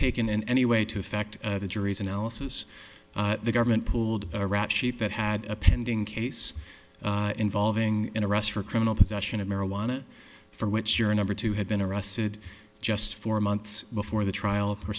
taken in any way to affect the jury's analysis the government pulled a rap sheet that had a pending case involving an arrest for criminal possession of marijuana for which you're a number two had been arrested just four months before the trial for